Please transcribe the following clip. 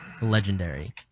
Legendary